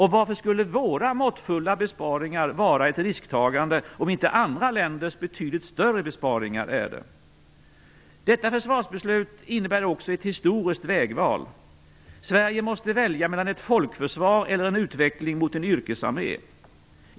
Varför skulle våra måttfulla besparingar vara ett risktagande om inte andra länders betydligt större besparingar är det? Detta försvarsbeslut innebär också ett historiskt vägval. Sverige måste välja mellan ett folkförsvar och en utveckling mot en yrkesarmé.